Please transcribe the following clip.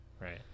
Right